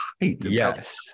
yes